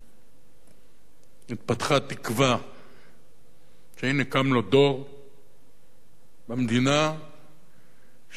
התפתחה תקווה שהנה קם לו דור במדינה שרוצה להחזיר